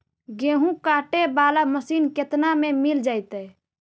गेहूं काटे बाला मशीन केतना में मिल जइतै?